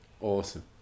Awesome